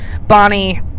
Bonnie